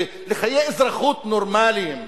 ולחיי אזרחות נורמליים.